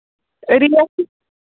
rate